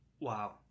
Wow